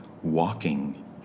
Walking